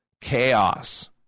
Chaos